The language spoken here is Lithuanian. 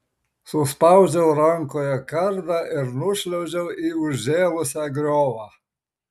suspaudžiau rankoje kardą ir nušliaužiau į užžėlusią griovą